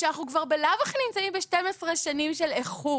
שאנחנו כבר בלאו הכי נמצאים ב-12 שנים של איחור.